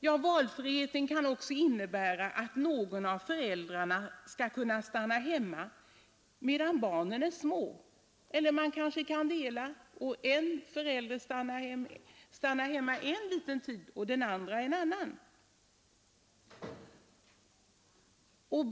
Ja, valfriheten kan också innebära att någon av föräldrarna skall kunna stanna hemma, medan barnen är små, eller kanske att man gör en uppdelning, så att den ena av föräldrarna stannar hemma en liten tid och den andra en annan tid.